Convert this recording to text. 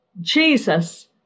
Jesus